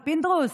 ופינדרוס,